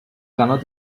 cannot